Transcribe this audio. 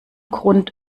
grund